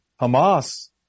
Hamas